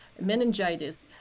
meningitis